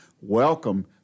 welcome